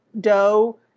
dough